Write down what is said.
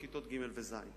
לכיתות ג' וז'.